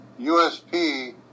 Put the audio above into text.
USP